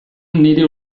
nire